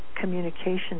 communication